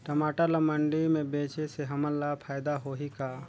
टमाटर ला मंडी मे बेचे से हमन ला फायदा होही का?